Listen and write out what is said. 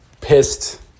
pissed